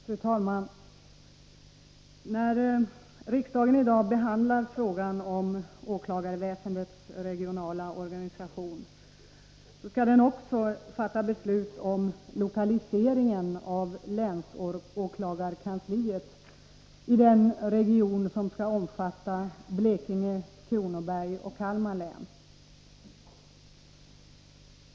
Fru talman! När riksdagen i dag behandlar frågan om åklagarväsendets regionala organisation, skall den också fatta beslut om lokaliseringen av länsåklagarkansliet i den region som skall omfatta Blekinge-Kronobergs och Kalmar län.